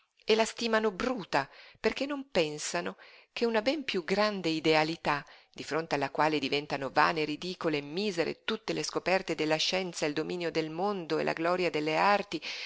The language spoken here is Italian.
e la stimano bruta perché non pensano che una ben piú grande idealità di fronte alla quale diventano vane e ridicole miserie tutte le scoperte della scienza e il dominio del mondo e la gloria delle arti